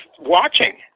watching